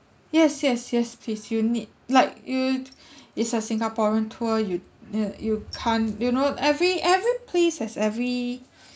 yes yes yes please you need like you'd it's a singaporean tour you uh you can't you know every every place has every